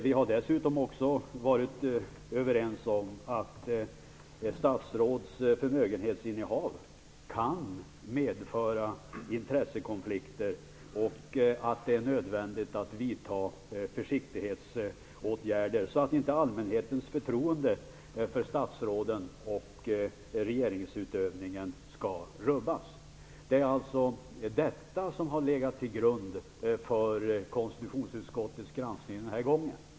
Vi har dessutom varit överens om att statsråds förmögenhetsinnehav kan medföra intressekonflikter och att det är nödvändigt att vidta försiktighetsåtgärder, så att inte allmänhetens förtroende för statsråden och regeringsutövningen rubbas. Det är alltså detta som har legat till grund för konstitutionsutskottets granskning den här gången.